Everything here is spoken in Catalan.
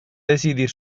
decidir